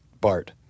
Bart